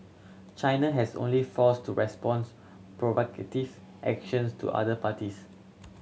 China has only force to responds provocative actions to other parties